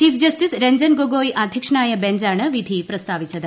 chief justice Ranjan Gogoi അധ്യക്ഷനായ ബെഞ്ചാണ് വിധി പ്രസ്താവിച്ചത്